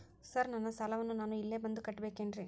Sir ನನ್ನ ಸಾಲವನ್ನು ನಾನು ಇಲ್ಲೇ ಬಂದು ಕಟ್ಟಬೇಕೇನ್ರಿ?